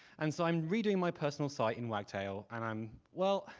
and so i'm reading my personal site in wagtail, and i'm, well,